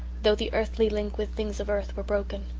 though the earthly link with things of earth were broken.